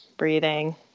breathing